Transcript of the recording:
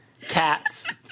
Cats